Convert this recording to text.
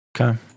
Okay